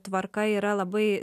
tvarka yra labai